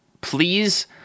please